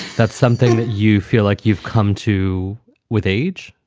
that's something that you feel like you've come to with age,